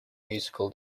musical